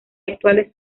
actuales